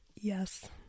yes